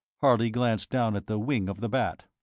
harley glanced down at the wing of the bat.